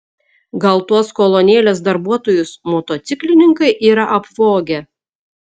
gal tuos kolonėlės darbuotojus motociklininkai yra apvogę